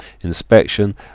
Inspection